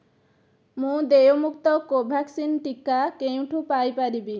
ମୁଁ ଦେୟମୁକ୍ତ କୋଭ୍ୟାକ୍ସିନ୍ ଟିକା କେଉଁଠୁ ପାଇ ପାରିବି